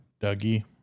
Dougie